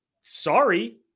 sorry